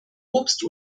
obst